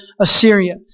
Assyria